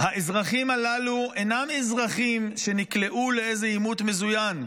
האזרחים הללו אינם אזרחים שנקלעו לאיזה עימות מזוין.